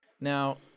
Now